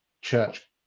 church